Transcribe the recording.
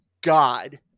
god